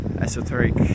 esoteric